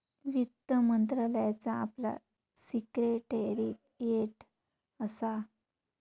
वित्त मंत्रालयाचा आपला सिक्रेटेरीयेट असा